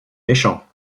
méchants